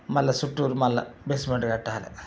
మళ్ళా చుట్టు మళ్ళా బేస్మెంట్ కట్టాలి